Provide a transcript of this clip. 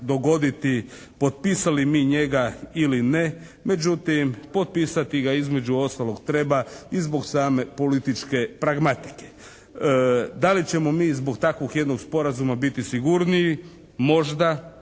dogoditi potpisali mi njega ili ne. Međutim, potpisati ga između ostalog trebali zbog same političke pragmatike. Da li ćemo mi zbog takvog jednog sporazuma biti sigurniji? Možda,